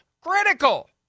Critical